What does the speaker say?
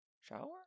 Shower